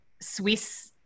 Swiss